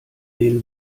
den